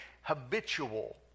habitual